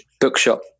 bookshop